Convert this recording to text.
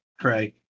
Craig